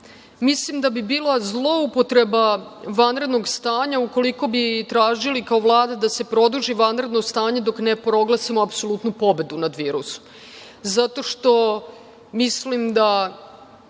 Mislim da bi bila zloupotreba vanrednog stanja ukoliko bi tražili kao Vlada da se produži vanredno stanje dok ne proglasimo apsolutnu pobedu nad virusom.